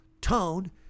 tone